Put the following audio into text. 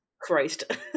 Christ